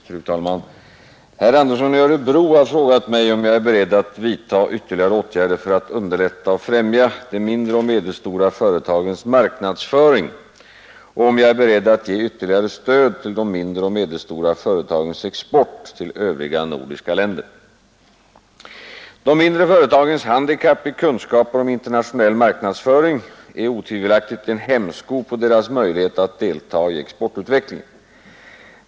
Fru talman! Herr Andersson i Örebro har frågat mig, om jag är beredd att vidta ytterligare åtgärder för att underlätta och främja de mindre och medelstora företagens marknadsföring och om jag är beredd att ge ytterligare stöd till de mindre och medelstora företagens export till övriga nordiska länder. De mindre företagens handikapp i kunskaper om internationell marknadsföring är otvivelaktigt en hämsko på deras möjlighet att deltaga i exportutvecklingen.